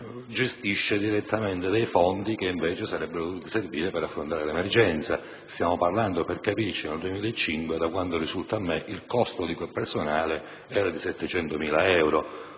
gestisce direttamente dei fondi che, invece, sarebbero dovuti servire per affrontare l'emergenza stessa. Stiamo parlando - per capirci - del 2005, quando, cioè, il costo di quel personale era di 700.000 euro